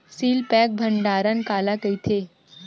Seal pack भंडारण काला कइथे?